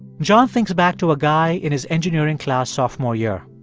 john thinks back to a guy in his engineering class sophomore year.